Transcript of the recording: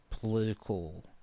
political